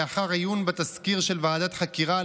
לאחר עיון בתסקיר של ועדת חקירה,